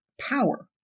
power